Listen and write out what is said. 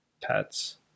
pets